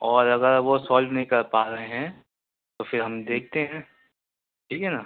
اور اگر وہ سالو نہیں کر پا رہے ہیں تو پھر ہم دیکھتے ہیں ٹھیک ہے نا